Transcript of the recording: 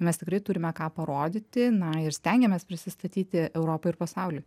mes tikrai turime ką parodyti na ir stengiamės prisistatyti europai ir pasauliui